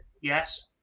Yes